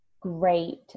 Great